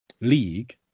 league